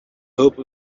hope